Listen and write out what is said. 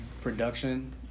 production